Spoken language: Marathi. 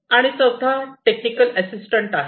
आणि चौथा टेक्निकल असिस्टंट आहे